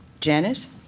Janice